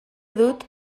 dut